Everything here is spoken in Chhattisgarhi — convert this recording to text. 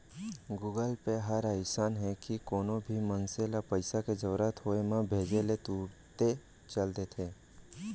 गुगल पे हर अइसन हे कि कोनो भी मनसे ल पइसा के जरूरत होय म भेजे ले तुरते चल देथे